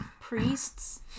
priests